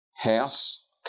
house